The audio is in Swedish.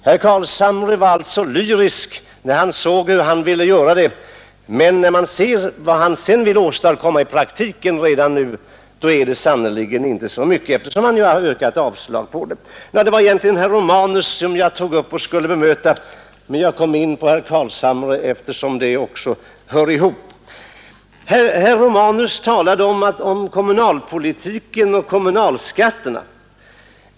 Herr Carlshamre var alltså lyrisk när han talade om hur han ville göra, men när man ser vad han vill åstadkomma i praktiken nu måste man säga att det sannerligen inte är så mycket, eftersom han yrkat avslag på det förslag som föreligger. Ja, det var ju egentligen herr Romanus jag skulle bemöta, men jag kom in på herr Carlshamres inlägg, eftersom det hör ihop med detta. Herr Romanus talade om kommunalpolitiken och kommunalskatterna.